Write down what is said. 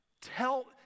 Tell